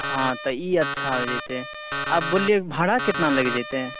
हँ तऽ ई अच्छा हो जयतै आ बोलली भाड़ा केतना लागि जयतै